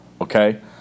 Okay